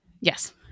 Yes